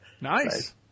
Nice